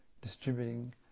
distributing